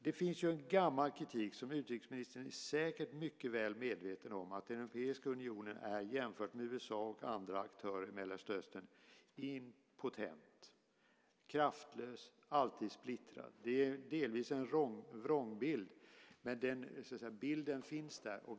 Det finns en gammal kritik som utrikesministern säkert är mycket väl medveten om, att den europeiska unionen, jämfört med USA och andra aktörer i Mellanöstern, är impotent, kraftlös, alltid splittrad. Det är delvis en vrångbild, men den bilden finns där.